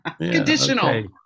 Conditional